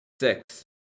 six